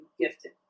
gifted